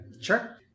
Sure